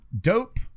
dope